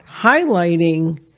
highlighting